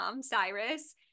Cyrus